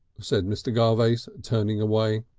said mr. garvace, turning away.